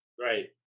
Right